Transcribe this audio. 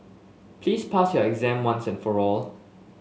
please pass your exam once and for all